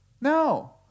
No